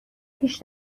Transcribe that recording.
پیش